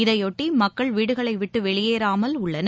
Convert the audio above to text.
இதையொட்டிமக்கள் வீடுகளைவிட்டுவெளியேறாமல் உள்ளனர்